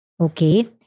Okay